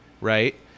right